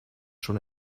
schon